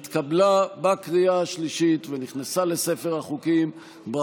התקבלה בקריאה השלישית ונכנסה לספר החוקים של מדינת ישראל.